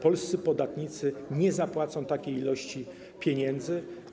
Polscy podatnicy nie zapłacą takiej ilości pieniędzy.